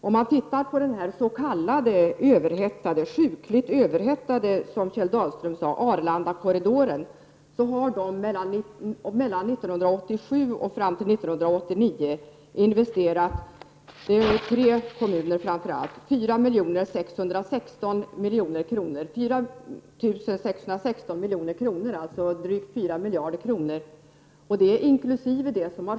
Om man tittar på den ”sjukligt överhettade”, som Kjell Dahlström sade, s.k. Arlandakorridoren finner man att det från 1987 och fram till 1989 har investerats 4 616 milj.kr., dvs. drygt 4 miljarder kronor, inkl. det som har skett på Arlanda. Detta gäller främst tre kommuner.